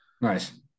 nice